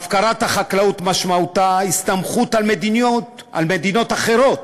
הפקרת החקלאות משמעותה הסתמכות על מדינות אחרות